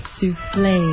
Souffle